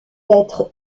être